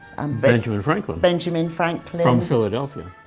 and benjamin franklin. benjamin franklin. from philadelphia.